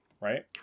right